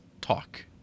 talk